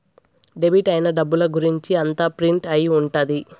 debit అయిన డబ్బుల గురుంచి అంతా ప్రింట్ అయి ఉంటది